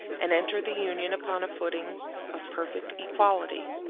and enter the union upon a footing of perfect equality.